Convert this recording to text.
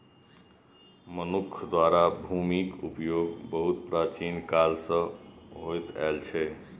मनुक्ख द्वारा भूमिक उपयोग बहुत प्राचीन काल सं होइत आयल छै